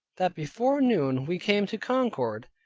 that before noon, we came to concord.